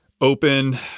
open